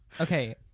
Okay